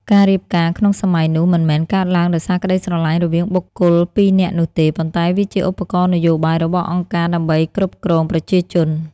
ការរៀបការក្នុងសម័យនោះមិនមែនកើតឡើងដោយសារក្តីស្រឡាញ់រវាងបុគ្គលពីរនាក់នោះទេ ប៉ុន្តែវាជាឧបករណ៍នយោបាយរបស់អង្គការដើម្បីគ្រប់គ្រងប្រជាជន។